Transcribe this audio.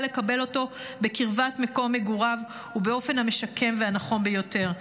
לקבל אותו בקרבת מקום מגוריו ובאופן המשקם והנכון ביותר.